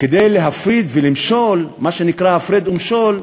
כדי להפריד ולמשול, מה שנקרא הפרד ומשול,